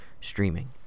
streaming